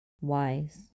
Wise